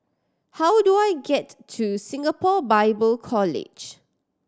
how do I get to Singapore Bible College